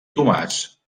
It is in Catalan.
tomàs